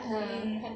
mm